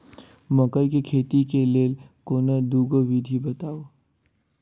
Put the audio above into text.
मकई केँ खेती केँ लेल कोनो दुगो विधि बताऊ?